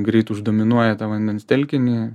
greit uždominuoja tą vandens telkinį